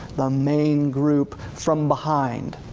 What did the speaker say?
the main group from behind.